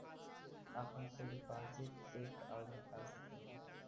आपन कुल डिपाजिट देख अउर निकाल सकेला